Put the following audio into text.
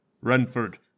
Renford